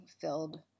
filled